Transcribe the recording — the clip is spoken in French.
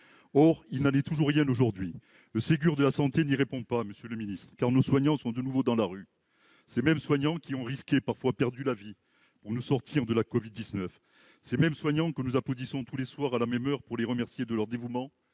Or il n'en est toujours rien aujourd'hui ! Le Ségur de la santé ne répond pas aux questions, car nos soignants sont de nouveau dans la rue. Ces mêmes soignants qui ont risqué, parfois perdu la vie pour nous sortir de la covid-19. Ces mêmes soignants que nous applaudissions tous les soirs à la même heure pour les remercier de leur dévouement